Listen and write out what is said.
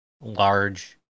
large